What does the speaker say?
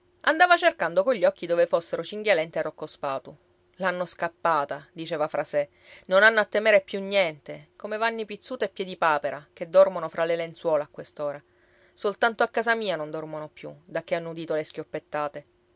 andava cercando cogli occhi dove fossero cinghialenta e rocco spatu l'hanno scappata diceva fra di sé non hanno a temere più niente come vanni pizzuto e piedipapera che dormono fra le lenzuola a quest'ora soltanto a casa mia non dormono più dacché hanno udito le schioppettate